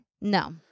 No